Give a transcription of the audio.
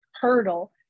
hurdle